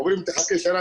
אומרים לי תחכה שנה,